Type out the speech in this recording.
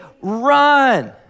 run